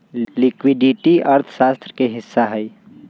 liquidity अर्थशास्त्र के ही हिस्सा हई